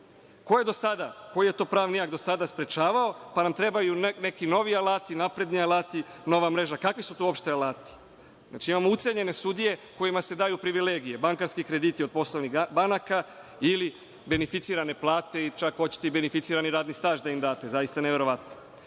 koji je to pravni akt do sada sprečavao, pa nam trebaju neki novi alati, napredni alati, nova mreža? Kakvi su to uopšte alati? Znači, imamo ucenjene sudije kojima se daju privilegije, bankarski krediti od poslovnih banaka ili beneficirane plate i čak hoćete i beneficirani radni staž da im date, zaista neverovatno.U